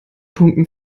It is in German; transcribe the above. punkten